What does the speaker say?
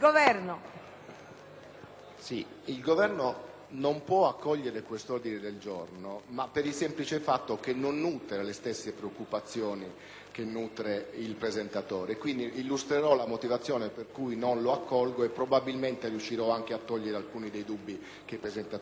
la difesa*. Non posso accogliere questo ordine del giorno per il semplice fatto che non nutro le stesse preoccupazioni del presentatore. Quindi, illustrerò la motivazione per cui non lo accolgo e probabilmente riuscirò anche a togliere alcuni dei dubbi che i presentatori hanno avanzato.